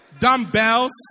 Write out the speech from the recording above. Dumbbells